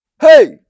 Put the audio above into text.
Hey